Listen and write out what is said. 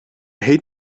hate